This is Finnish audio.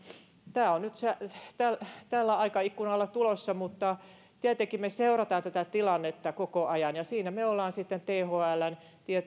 tämä on nyt tällä tällä aikaikkunalla tulossa mutta tietenkin me seuraamme tätä tilannetta koko ajan ja siinä me olemme thln